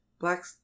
Black